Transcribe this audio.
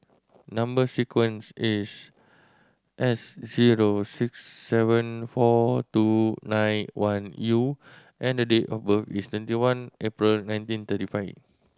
number sequence is S zero six seven four two nine one U and date of birth is twenty one April nineteen thirty five